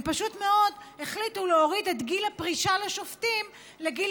הם פשוט מאוד החליטו להוריד את גיל הפרישה לשופטים לגיל